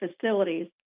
facilities